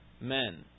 men